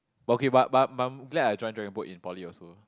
but okay but but but I'm glad I join dragon boat in poly also